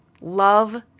Love